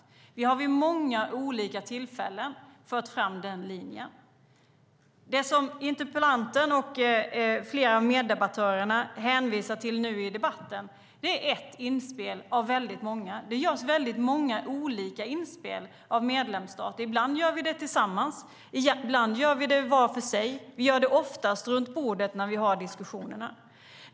Vi har vid många olika tillfällen fört fram den linjen. Det som interpellanten och flera av meddebattörerna hänvisar till nu är ett inspel av många. Det görs väldigt många olika inspel av medlemsstater. Ibland gör vi det tillsammans; ibland gör vi det var för sig. Vi gör det oftast runt bordet när vi har diskussionerna.